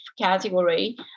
category